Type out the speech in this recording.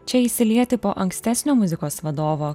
čia įsilieti po ankstesnio muzikos vadovo